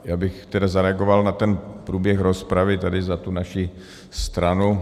Já bych tedy zareagoval na ten průběh rozpravy tady za tu naši stranu.